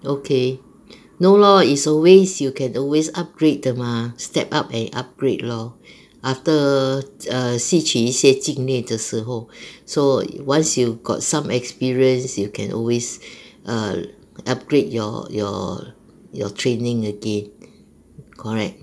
okay no lor is always you can always upgrade 的 mah step up and upgrade lor after err 吸取一些经验的时候 so once you got some experiences you can always err upgrade your your your training again correct